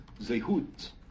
Zehut